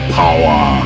power